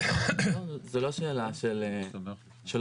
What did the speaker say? זו לא שאלה של חוק,